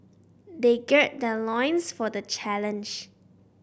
they gird their loins for the challenge